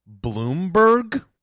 Bloomberg